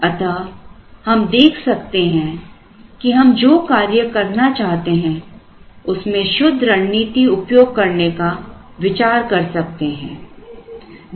अतः हम देख सकते हैं कि हम जो कार्य करना चाहते हैं उसमें शुद्ध रणनीति उपयोग करने का विचार कर सकते हैं